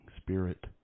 spirit